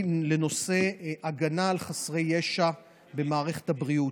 היא לנושא הגנה על חסרי ישע במערכת הבריאות.